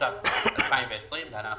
התש"ף- 2020 (להלן- החוק),